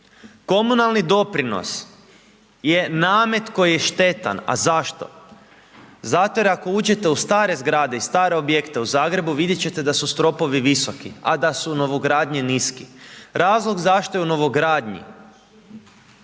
Komunalni doprinos je namet koji je štetan, a zašto? Zato jer ako uđete u stare zgrade i stare objekte u Zagrebu, vidjeti ćete da su stropovi visoki, a da su novogradnje niski. Razlog zašto u novogradnji,